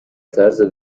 طرز